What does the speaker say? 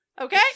Okay